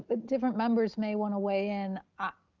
ah different members may wanna weigh in. ah